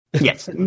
Yes